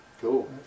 Cool